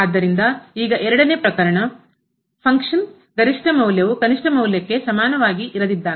ಆದ್ದರಿಂದ ಈಗ ಎರಡನೇ ಪ್ರಕರಣ ಫಂಕ್ಷನ್ನ ಕಾರ್ಯದ ಗರಿಷ್ಠ ಮೌಲ್ಯವು ಕನಿಷ್ಠ ಮೌಲ್ಯಕ್ಕೆ ಸಮಾನವಾಗಿ ಇರದಿದ್ದಾಗ